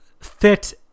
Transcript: fit